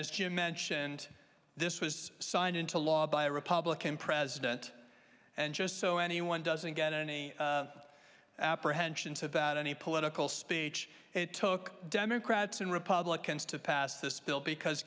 jim mentioned this was signed into law by a republican president and just so anyone doesn't get any apprehensions about any political speech it took democrats and republicans to pass this bill because